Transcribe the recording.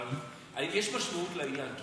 אבל האם יש משמעות לעניין?